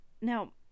now